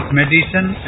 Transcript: medicine